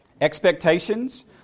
Expectations